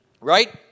Right